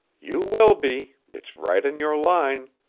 you will be. it's right in your line.